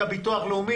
כמו הביטוח הלאומי,